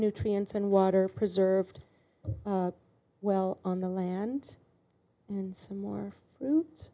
nutrients and water preserved well on the land and so more fruit